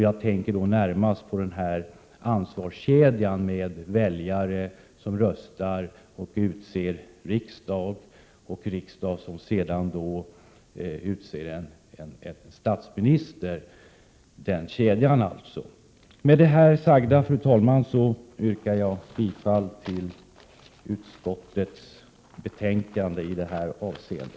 Jag tänker närmast på ansvarskedjan med väljare som röstar och utser riksdag, och riksdag som sedan utser statsminister. Fru talman! Med det sagda yrkar jag bifall till utskottets hemställan i detta avseende.